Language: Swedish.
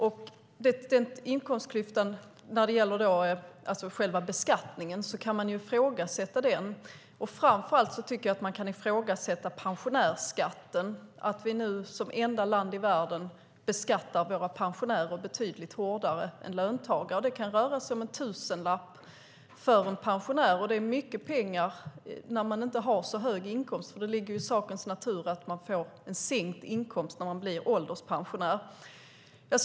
Den inkomstklyftan när det gäller själva beskattningen kan man ifrågasätta. Framför allt tycker jag att man kan ifrågasätta pensionärsskatten, att vi nu som enda land i världen beskattar våra pensionärer betydligt hårdare än löntagare. Det kan röra sig om en tusenlapp för en pensionär, och det är mycket pengar när man inte har så hög inkomst. Det ligger i sakens natur att man får en sänkt inkomst när man blir ålderspensionär.